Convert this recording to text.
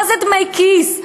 מה זה דמי כיס?